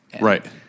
Right